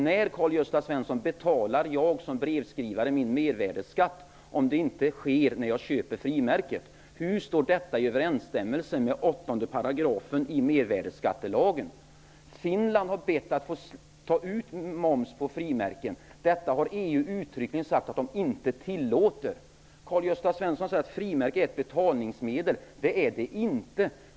När, Karl-Gösta Svenson, betalar jag som brevskrivare min mervärdesskatt, om det inte sker när jag köper frimärket? Finland har bett att få ta ut moms på frimärken, men EU har uttryckligen uttalat att man inte tillåter det. Karl-Gösta Svenson säger att frimärke är ett betalningsmedel. Det är det inte.